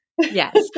Yes